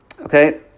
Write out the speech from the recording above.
Okay